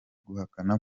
guhakana